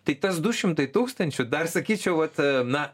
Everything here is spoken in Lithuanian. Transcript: tai tas du šimtai tūkstančių dar sakyčiau vat na